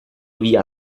via